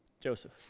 Joseph